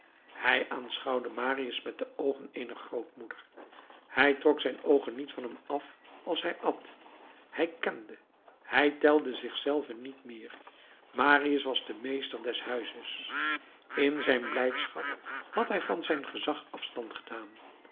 hij aanschouwde marius met de oogen eener grootmoeder hij trok zijn oogen niet van hem af als hij at hij kende hij telde zich zelven niet meer marius was de meester des huizes in zijn blijdschap had hij van zijn gezag afstand gedaan